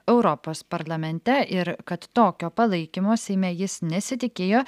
europos parlamente ir kad tokio palaikymo seime jis nesitikėjo